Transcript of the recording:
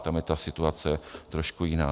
Tam je situace trošku jiná.